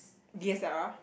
d_s_l_r